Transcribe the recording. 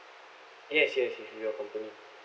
yes yes yes with your company